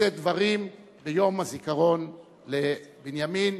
לשאת דברים ליום הזיכרון לבנימין